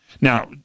Now